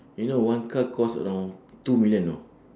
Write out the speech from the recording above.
you know one car cost around two million know